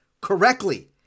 correctly